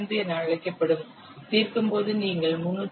05 என அழைக்கப்படும் தீர்க்கும்போது நீங்கள் 302